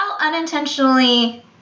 unintentionally